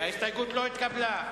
ההסתייגות לא התקבלה.